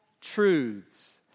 truths